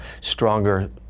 stronger